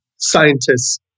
scientists